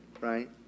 right